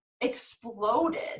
exploded